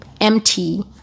empty